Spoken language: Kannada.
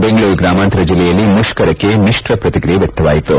ಬೆಂಗಳೂರು ಗ್ರಾಮಾಂತರ ಜಿಲ್ಲೆಯಲ್ಲಿ ಮುಷ್ಕರಕ್ಕೆ ಮಿತ್ರ ಪ್ರಕಿಕಿಯೆ ವ್ಯಕ್ತವಾಯಿತು